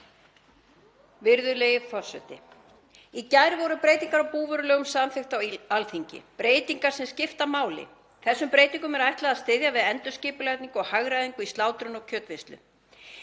Virðulegi forseti. Í gær voru breytingar á búvörulögum samþykktar á Alþingi, breytingar sem skipta máli. Þessum breytingum er ætlað að styðja við endurskipulagningu og hagræðingu í slátrun og kjötvinnslu